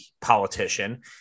politician